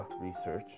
research